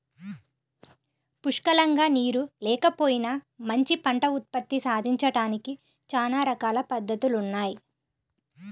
పుష్కలంగా నీరు లేకపోయినా మంచి పంట ఉత్పత్తి సాధించడానికి చానా రకాల పద్దతులున్నయ్